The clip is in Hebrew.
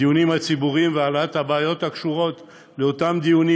הדיונים הציבוריים והעלאת הבעיות הקשורות לאותם דיונים,